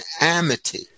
amity